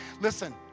Listen